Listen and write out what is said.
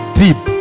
deep